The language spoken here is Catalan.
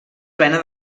plena